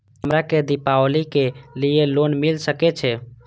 हमरा के दीपावली के लीऐ लोन मिल सके छे?